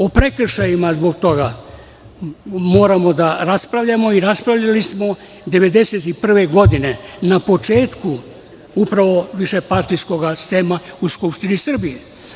O prekršajima, zbog toga, moramo da raspravljamo i raspravljali smo 1991. godine, na početku upravo višepartijskog sistema u Skupštini Srbije.